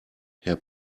herr